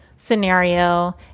scenario